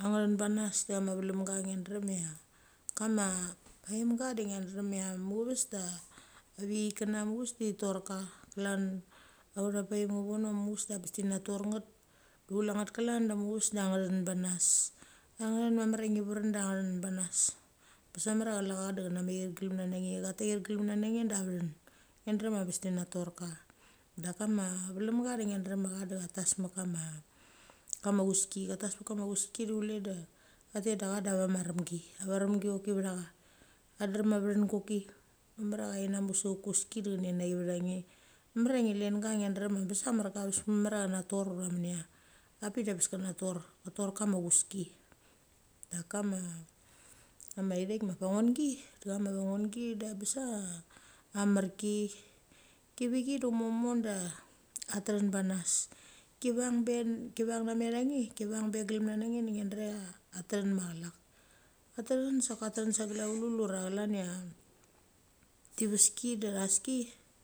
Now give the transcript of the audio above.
a ngthin bethanas da chama vlemga ngia drem cha, kama vaemga da ngia drem cha muchaves da avicheik kna muchaves da i tirka, klan autha paem ngvon no muchaves da bes te na tor nget, da chule nget klan da muchaves da ngthin bethanas, nathin mamar ngi varin da angathan banas. A bes mamar cha chule cha da cha ngia mir glemna nge cha tair glem na nange da a vethin, ngia cha bes ti na torka. Da kama vlemga da ngia drem tha cha da cha tas mekama kama uski du chule da thatet da cha da a vama remgi, ava remgi choki vacha ka drem a vethin koki mamar cha tha thet inamuk sek kuski da chaneng nachi vang nge. Mamar cha ngi lenga ngia drem cha bes a marka, bes mamar cha then na tur ura menia, a pik da bes ken na tor, ka tor kama uski. Da kama ithek ma panungi, da chama vanungi de bes a amamar ki, kivithi do choke momo da a tethin bechanas. Kivung be glem na na nge da ngia drem cha tethin machalek, atethin sok atethin sa glaululu ura chlan cha tiveski da thas ki.